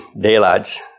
daylights